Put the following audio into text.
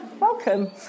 Welcome